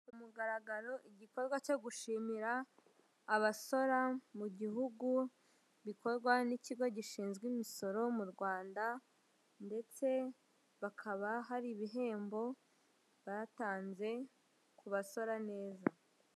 Ku mugaragaro igikorwa cyo gushimira abasora mu gihugu, bikorwa n'ikigo gishinzwe imisoro mu Rwanda ndetse bakaba hari ibihembo batanze ku basora neza.